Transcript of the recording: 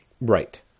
right